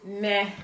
Meh